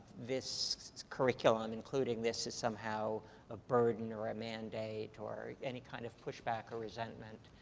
this curriculum, including this is somehow a burden or a mandate, or any kind of pushback or resentment.